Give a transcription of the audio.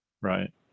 Right